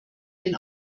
den